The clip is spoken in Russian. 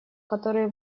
который